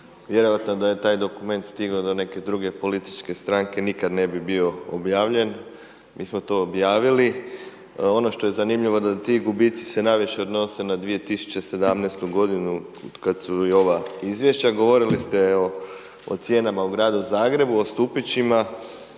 vjerojatno da je taj dokument stigao do neke druge političke stranke, nikada ne bi bio objavljen, mi smo to objavili. Ono što je zanimljivo da ti gubici se najviše odnose na 2017. g. od kada su i ova izvješća. Govorili ste o cijenama u Gradu Zagrebu, o stupićima,